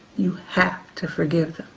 you have to forgive.